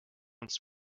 uns